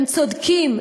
הם צודקים.